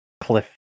cliff